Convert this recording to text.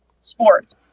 sport